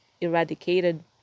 eradicated